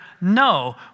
no